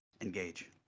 Engage